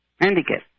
handicapped